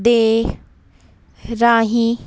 ਦੇ ਰਾਹੀਂ